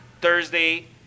Thursday